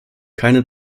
keine